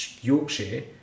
Yorkshire